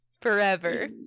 Forever